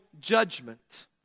judgment